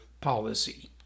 policy